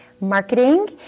Marketing